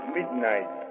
midnight